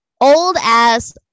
old-ass